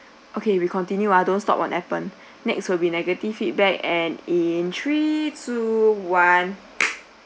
okay we continue ah don't stop on appen next will be negative feedback and in three two one